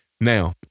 Now